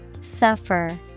Suffer